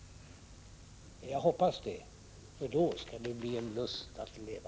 Jag hoppas det — då skall det bli en lust att leva!